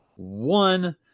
One